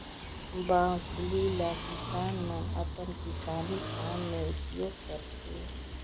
बउसली ल किसान मन अपन किसानी काम मे उपियोग करथे